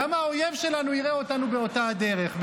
גם האויב שלנו יראה אותנו באותה הדרך,